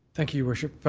thank you, your worship.